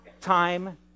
time